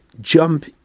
jump